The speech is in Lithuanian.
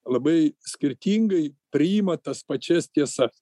labai skirtingai priima tas pačias tiesas